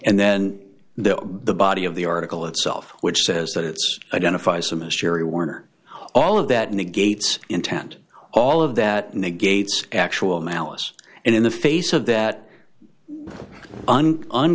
and then the body of the article itself which says that it's identifies them as sherry warner all of that negates intent all of that negates actual malice and in the face of that